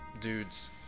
dude's